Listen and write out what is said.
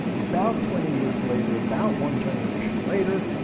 about twenty years later, about one generation later,